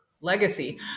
legacy